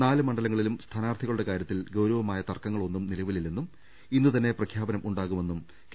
നാല് മണ്ഡലങ്ങളിലും സ്ഥാനാർഥികളുടെ കാര്യത്തിൽ ഗൌരവമായ തർക്കങ്ങൾ ഒന്നും നിലവിലില്ലെന്നും ഇന്ന് തന്നെ പ്രഖ്യാപനം ഉണ്ടാവുമെന്നും കെ